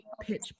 pitch